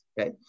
Okay